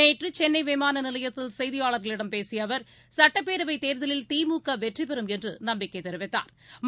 நேற்றுசென்னைவிமானநிலையத்தில் செய்தியாளர்களிடம் பேசியஅவர் சட்டப்பேரவைத் தேர்தலில் திமுகவெற்றிபெறும் என்றுநம்பிக்கைதெரிவித்தாா்